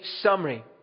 summary